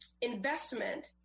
investment